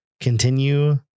Continue